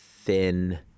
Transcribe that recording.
Thin